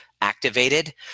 activated